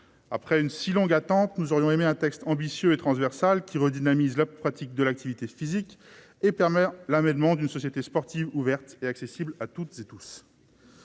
Après une si longue attente, nous aurions aimé obtenir un texte ambitieux et transversal qui redynamise la pratique de l'activité physique et permette l'avènement d'une société sportive ouverte et accessible à toutes et tous